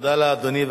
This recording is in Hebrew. תודה לאדוני.